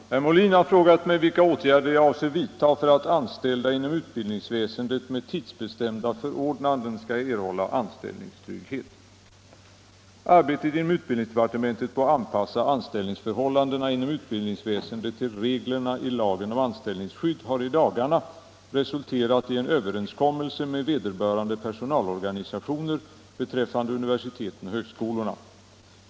Herr talman! Herr Molin har frågat mig vilka åtgärder jag avser vidta för att anställda inom utbildningsväsendet med tidsbestämda förordnanden skall erhålla anställningstrygghet. Arbetet inom utbildningsdepartementet på att anpassa anställningsförhållandena inom utbildningsväsendet till reglerna i lagen om anställningsskydd har i dagarna resulterat i en överenskommelse med vederbörande personalorganisationer beträffande universiteten och högskolorna.